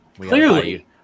Clearly